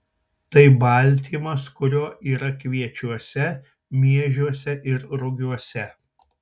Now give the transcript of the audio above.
tai baltymas kurio yra kviečiuose miežiuose ir rugiuose